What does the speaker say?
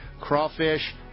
crawfish